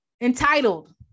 Entitled